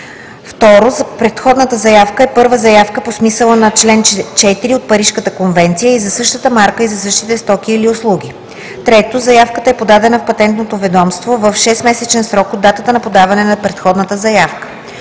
2. предходната заявка е първа заявка по смисъла на чл. 4 от Парижката конвенция и е за същата марка и за същите стоки или услуги; 3. заявката е подадена в Патентното ведомство в 6-месечен срок от датата на подаване на предходната заявка;